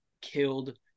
killed